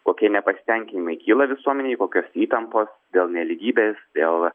kokie nepasitenkinimai kyla visuomenėj kokios įtampos dėl nelygybės dėl